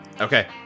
Okay